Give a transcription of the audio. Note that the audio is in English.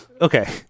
Okay